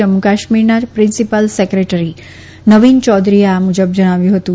જમ્મુ કાશ્મીરના principal secretary Navin ચૌધરીએ આ મુજબ જણાવ્યું હતું